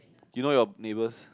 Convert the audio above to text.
you know your neighbours